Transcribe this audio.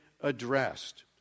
addressed